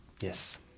Yes